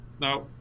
Now